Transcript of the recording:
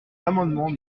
l’amendement